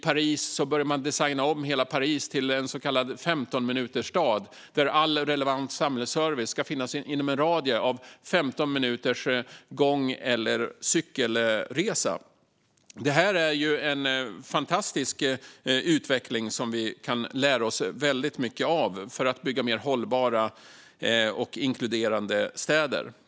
Man började designa om hela Paris till en så kallad 15-minutersstad, där all relevant samhällsservice ska finnas inom en radie av 15 minuters gång eller cykling. Detta är en fantastisk utveckling som vi kan lära oss väldigt mycket av för att bygga mer hållbara och inkluderande städer.